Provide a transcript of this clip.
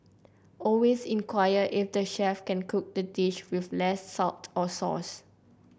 always inquire if the chef can cook the dish with less salt or sauce